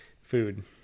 food